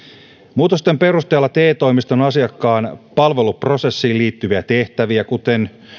muutosten perusteella te toimiston asiakkaan palveluprosessiin liittyviä tehtäviä kuten